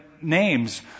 names